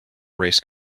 race